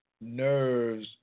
nerves